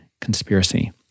conspiracy